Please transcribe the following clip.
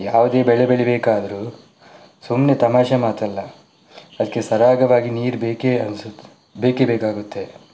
ಯಾವುದೇ ಬೆಳೆ ಬೆಳಿಬೇಕಾದರೂ ಸುಮ್ಮನೆ ತಮಾಷೆ ಮಾತಲ್ಲ ಅದಕ್ಕೆ ಸರಾಗವಾಗಿ ನೀರು ಬೇಕೇ ಅನ್ಸುತ್ ಬೇಕೇ ಬೇಕಾಗುತ್ತೆ